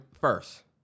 first